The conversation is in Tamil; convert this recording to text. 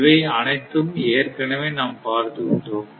இவை அனைத்தும் ஏற்கனவே நாம் பார்த்து விட்டோம்